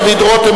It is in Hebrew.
דוד רותם,